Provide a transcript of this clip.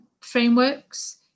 frameworks